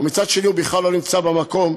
ומצד שני הוא בכלל לא נמצא במקום.